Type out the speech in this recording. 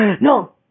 no